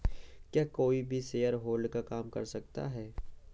क्या कोई भी शेयरहोल्डर का काम कर सकता है?